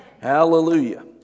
Hallelujah